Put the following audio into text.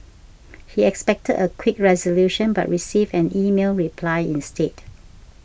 he expected a quick resolution but received an email reply instead